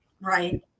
right